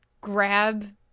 grab